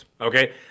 Okay